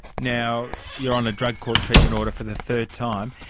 now you're on a drug court treatment order for the third time.